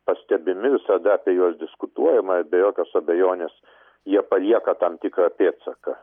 pastebimi visada apie juos diskutuojama ir be jokios abejonės jie palieka tam tikrą pėdsaką